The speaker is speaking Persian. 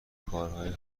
کارهای